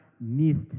missed